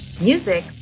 Music